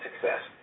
success